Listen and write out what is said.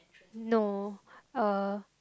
no uh